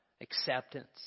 acceptance